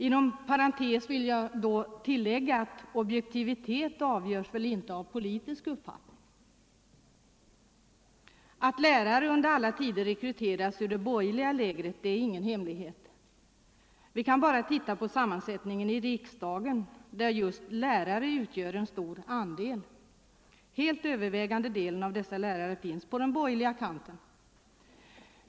Inom parentes vill jag tillägga att objektivitet väl inte avgörs av politisk uppfattning. Att lärare under alla tider rekryterats ur det borgerliga lägret är ingen hemlighet. Vi kan bara titta på sammansättningen i riksdagen, där just lärare utgör en stor andel. Den helt övervägande delen av dessa lärare finns på den borgerliga kanten.